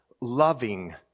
loving